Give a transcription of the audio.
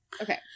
okay